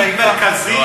הרבה דברים שאפשר להגיד.